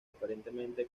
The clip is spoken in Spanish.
aparentemente